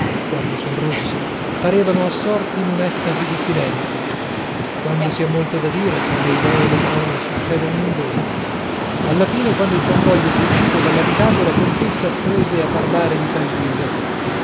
quando son rossi parevano assorti in un'estasi di silenzio quando si ha molto da dire tra le idee e le parole succede un ingorgo alla fine quando il convoglio fu uscito dall'abitato la contessa prese a parlare di tal guisa